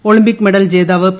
Olympic medal ജേതാവ് P